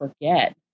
forget